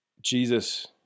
Jesus